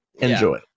enjoy